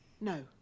No